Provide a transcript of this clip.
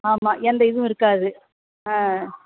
ஆமாம் எந்த இதுவும் இருக்காது ஆ